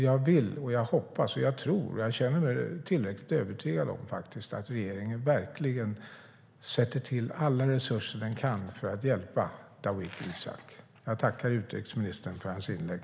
Jag vill, jag hoppas, jag tror och jag känner mig faktiskt tillräckligt övertygad om att regeringen verkligen sätter till alla resurser den kan för att hjälpa Dawit Isaak. Jag tackar utrikesministern för hans inlägg.